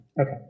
Okay